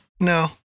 No